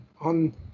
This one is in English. on